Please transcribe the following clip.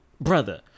Brother